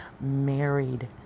married